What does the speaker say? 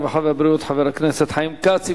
הרווחה והבריאות חבר הכנסת חיים כץ.